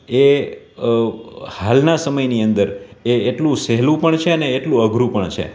એ હાલના સમયની અંદર એ એટલું સહેલું પણ છે ને એટલું અઘરું પણ છે